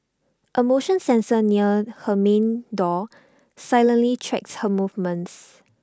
A motion sensor near her main door silently tracks her movements